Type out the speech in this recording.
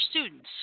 students